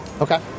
Okay